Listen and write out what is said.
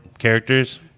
characters